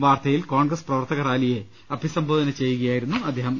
വാർധയിൽ കോൺഗ്രസ് പ്രവർത്തക റാലിയെ അഭിസംബോധന ചെയ്യുകയാ യിരുന്നു അദ്ദേഹം